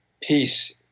peace